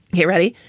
hey ready.